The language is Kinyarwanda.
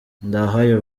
ndahayo